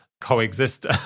coexist